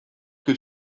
que